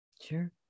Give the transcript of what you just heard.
Sure